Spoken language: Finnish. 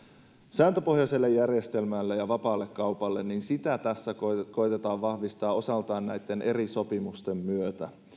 sääntöpohjaiselle järjestelmälle ja vapaalle kaupalle niin sitä tässä koetetaan vahvistaa osaltaan näitten eri sopimusten myötä